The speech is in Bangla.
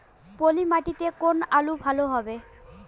পলি মাটিতে কোন আলু ভালো হবে?